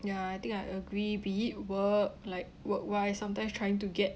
ya I think I agree be it work like work while sometimes trying to get